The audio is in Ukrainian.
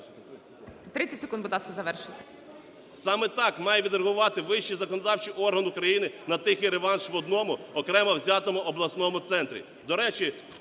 30 секунд, будь ласка, завершіть. БУРБАК М.Ю. Саме так має відреагувати вищий законодавчий орган України на тихий реванш в одному окремо взятому обласному центрі.